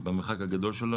במרחק הגדול שלו?